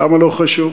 למה לא חשוב?